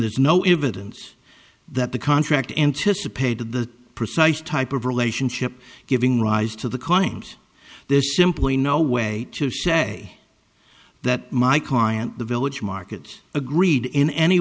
there's no evidence that the contract anticipated the precise type of relationship giving rise to the call and there's simply no way to say that my current the village markets agreed in any